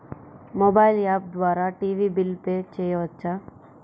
Mobile app ద్వారా TV bill pay చేయవచ్చా?